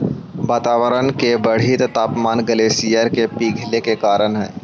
वातावरण के बढ़ित तापमान ग्लेशियर के पिघले के कारण हई